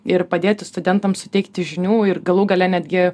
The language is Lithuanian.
ir padėti studentams suteikti žinių ir galų gale netgi